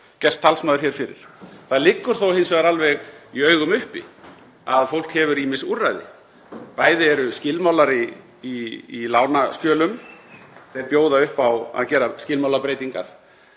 gerst talsmaður fyrir. Það liggur þó hins vegar alveg í augum uppi að fólk hefur ýmis úrræði. Bæði bjóða skilmálar í lánaskjölum upp á að gera skilmálabreytingar,